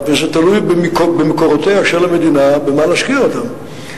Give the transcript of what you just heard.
וזה תלוי במקורותיה של המדינה, במה להשקיע אותם.